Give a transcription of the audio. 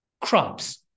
crops